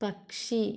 പക്ഷി